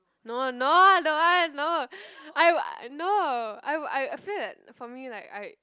no no I don't want no I no I I I feel that for me like I